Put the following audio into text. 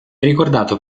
ricordato